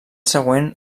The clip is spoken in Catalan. següent